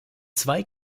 zwei